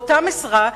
באותו היקף משרה,